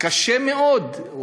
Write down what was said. קשה מאוד.